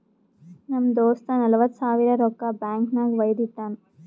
ನಮ್ ದೋಸ್ತ ನಲ್ವತ್ ಸಾವಿರ ರೊಕ್ಕಾ ಬ್ಯಾಂಕ್ ನಾಗ್ ವೈದು ಇಟ್ಟಾನ್